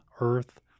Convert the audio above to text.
earth